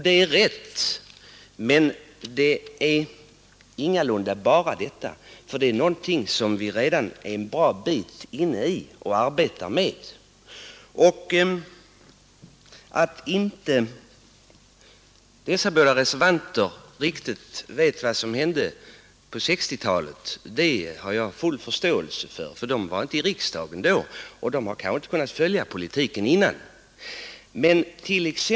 Det är riktigt, men det gäller inte bara morgondagen, för det är någonting som vi redan är en bra bit inne i och arbetar med. Att dessa båda reservanter inte riktigt vet vad som hände på 1960-talet, har jag full förståelse för. De tillhörde ju inte riksdagen då och hade kanske inte tillfälle att följa den tidens politik.